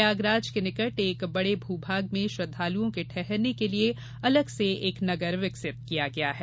प्रयागराज के निकट एक बड़े भू भाग में श्रद्वालुओं के ठहरने के लिये अलग से एक नगर विक्सित किया गया है